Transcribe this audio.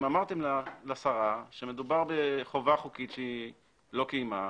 אם אמרתם לשרה שמדובר בחובה חוקית שהיא לא קיימה,